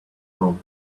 home